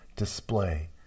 display